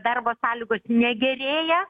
darbo sąlygos negerėja